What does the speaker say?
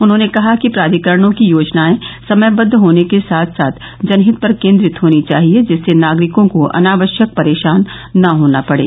उन्होंने कहा कि प्राधिकरणों की योजनाएं समयबद्व होने के साथ साथ जनहित पर केंद्रित होनी चाहिए जिससे नागरिकों को अनावश्यक परेशान न होना पड़े